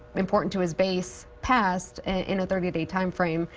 important to his base passed, in a thirty day timeframe,